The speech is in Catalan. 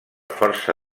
força